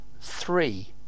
three